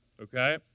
Okay